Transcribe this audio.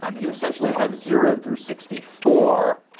you essentially have zero through sixty four.